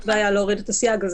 אין לנו בעיה להוריד את הסייג.